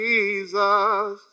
Jesus